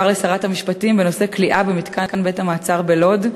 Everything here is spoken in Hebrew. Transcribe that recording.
לשרת המשפטים בנושא כליאה בבית-המעצר בלוד.